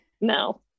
No